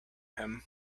him